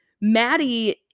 maddie